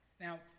Now